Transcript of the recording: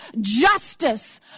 justice